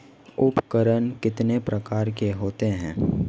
उपकरण कितने प्रकार के होते हैं?